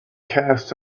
cast